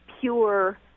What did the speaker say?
pure